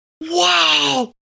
wow